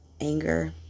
anger